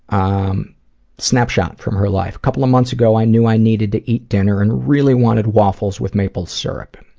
um snapshot from her life. a couple of months ago i knew i needed to eat dinner and really wanted waffles with maple syrup.